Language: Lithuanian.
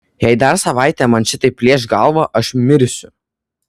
jei dar savaitę man šitaip plėš galvą aš mirsiu